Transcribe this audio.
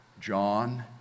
John